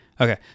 Okay